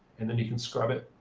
and then you can scrub it.